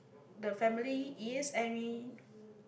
the family is and we